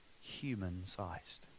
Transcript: human-sized